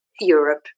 Europe